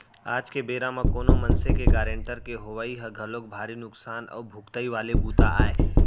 आज के बेरा म कोनो मनसे के गारंटर के होवई ह घलोक भारी नुकसान अउ भुगतई वाले बूता आय